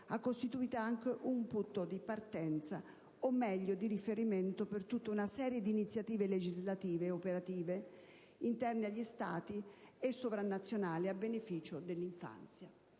ha costituito anche un punto di partenza, o meglio di riferimento, per tutta una serie di iniziative legislative e operative, interne agli Stati o sovranazionali, a beneficio dell'infanzia.